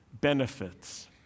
benefits